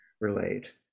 relate